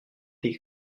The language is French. des